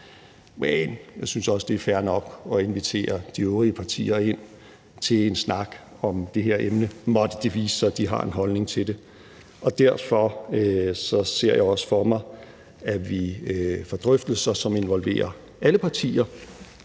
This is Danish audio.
men jeg synes også, det er fair nok at invitere de øvrige partier ind til en snak om det her emne – måtte det vise sig, at de har en holdning til det. Derfor ser jeg også for mig, at vi får drøftelser, som involverer alle partier,